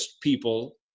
people